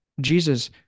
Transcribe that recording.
Jesus